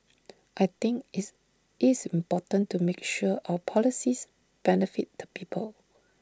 I think is isn't important to make sure our policies benefit the people